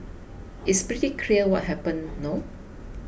it's pretty clear what happened no